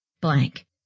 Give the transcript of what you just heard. blank